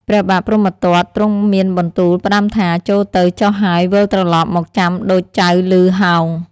ព្រះបាទព្រហ្មទត្តទ្រង់មានបន្ទូលផ្តាំថា ចូរទៅចុះហើយវិលត្រឡប់មកចាំដូចចៅឮហោង។